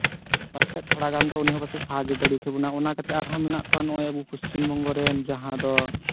ᱯᱟᱥᱮᱡ ᱛᱷᱚᱲᱟᱜᱟᱱ ᱫᱚ ᱩᱱᱤ ᱦᱚᱸ ᱯᱟᱥᱮᱡ ᱥᱟᱦᱟᱡᱽᱡᱚ ᱫᱟᱲᱮ ᱠᱮᱵᱚᱱᱟ ᱚᱱᱟ ᱠᱟᱛᱮᱜ ᱟᱨᱦᱚᱸ ᱢᱮᱱᱟᱜ ᱠᱚᱣᱟ ᱱᱚᱜᱼᱚᱭ ᱟᱨᱚ ᱯᱚᱥᱪᱤᱢᱵᱚᱝᱜᱚ ᱨᱮᱱ ᱡᱟᱦᱟᱸ ᱫᱚ